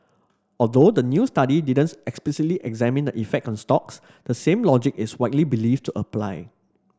although the new study didn't explicitly examine the effect on stocks the same logic is widely believed to apply